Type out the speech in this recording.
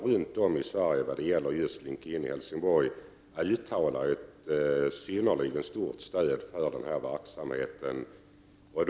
Runt om i Sverige uttalar man nu ett synnerligen stort stöd för Slink In-verksamheten i Helsingborg.